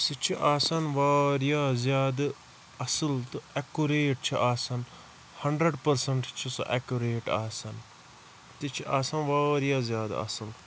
سُہ چھُ آسان واریاہ زیادٕ اَصٕل تہٕ ایٚکُریٹ چھُ آسان ہَنڑرَنڑ پٔرسَنٹ چھُ سُہ ایٚکُریٹ آسان تہٕ یہٕ چھُ آسان واریاہ زیادٕ اَصٕل